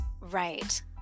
Right